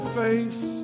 face